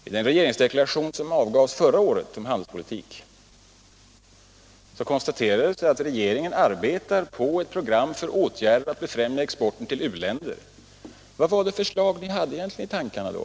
I den regeringsdeklaration som avgavs förra året om handelspolitik konstaterades det att regeringen arbetar på ett program för åtgärder för att befrämja exporten till u-länder. Vad var det för slags åtgärder ni egentligen hade i tankarna då?